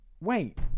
Wait